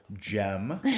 gem